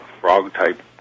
frog-type